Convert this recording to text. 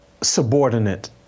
subordinate